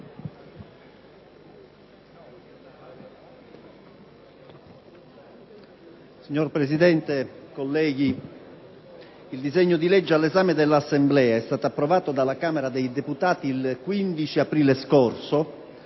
Signor Presidente, colleghi, il disegno di legge all'esame dell'Assemblea è stato approvato dalla Camera dei deputati il 15 aprile scorso